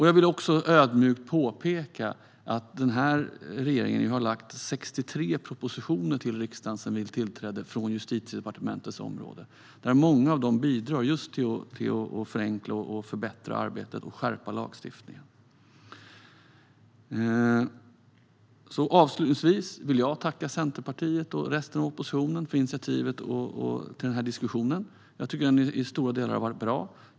Jag vill också ödmjukt påpeka att den här regeringen har lagt 63 propositioner från Justitiedepartementets område till riksdagen sedan vi tillträdde. Många av dem bidrar till att just förenkla och förbättra arbetet och skärpa lagstiftningen. Avslutningsvis vill jag tacka Centerpartiet och resten av oppositionen för initiativet till den här debatten. Jag tycker att den i stora delar har varit bra.